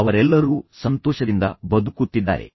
ತದನಂತರ ಅವರೆಲ್ಲರೂ ಸಂತೋಷದಿಂದ ಬದುಕುತ್ತಿದ್ದಾರೆ